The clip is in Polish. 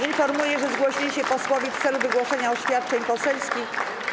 Informuję, że zgłosili się posłowie w celu wygłoszenia oświadczeń poselskich.